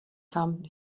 come